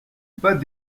pas